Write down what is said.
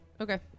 Okay